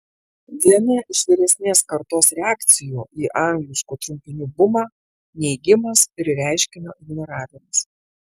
viena iš vyresnės kartos reakcijų į angliškų trumpinių bumą neigimas ir reiškinio ignoravimas